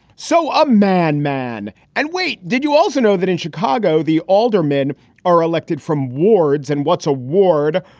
so ah man, man and wait. did you also know that in chicago the older men are elected from wards? and what's a ward?